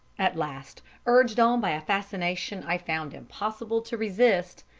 at last, urged on by a fascination i found impossible to resist,